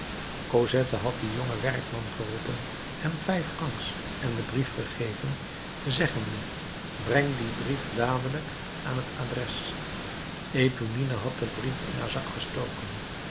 cosette had dien jongen werkman geroepen hem vijf francs en den brief gegeven zeggende breng dien brief dadelijk aan het adres eponine had den brief in haar zak gestoken